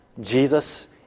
Jesus